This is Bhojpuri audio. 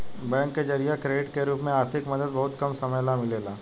बैंक के जरिया क्रेडिट के रूप में आर्थिक मदद बहुते कम समय ला मिलेला